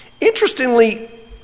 Interestingly